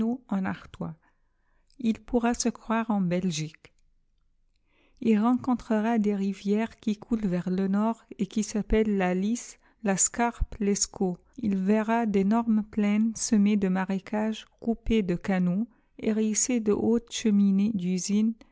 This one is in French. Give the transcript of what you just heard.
en artois il pourra se croire en belgique ii rencontrera des rivières qui coulent vers le nord et qui s'appellent la lys la scarpe l'escaut il verra d'énormes plaines semées de marécages coupées de canaux hérissées de hautes cheminées d'usines